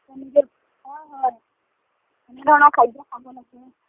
নিজে হয় হয় কেনেধৰণৰ খাদ্য খাব লাগে